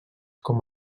com